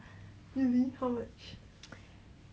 if I remember correctly